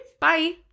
Bye